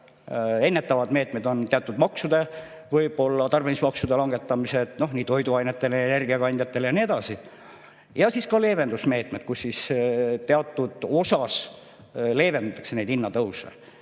Ennetavad meetmed seoses teatud maksudega, võib-olla tarbimismaksude langetamised toiduainetele, energiakandjatele ja nii edasi. Ja siis ka leevendusmeetmed, et teatud osas leevendatakse neid hinnatõuse.